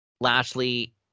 Lashley